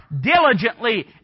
diligently